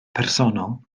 personol